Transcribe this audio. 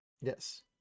Yes